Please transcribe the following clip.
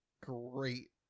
great